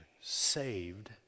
saved